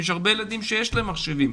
יש הרבה ילדים שיש להם מחשבים,